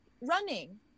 running